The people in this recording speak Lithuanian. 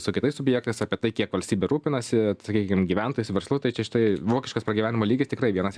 su kitais subjektais apie tai kiek valstybė rūpinasi sakykim gyventojais verslu tai čia šitai vokiškas pragyvenimo lygis tikrai vienas